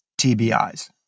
TBIs